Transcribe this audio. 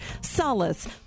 Solace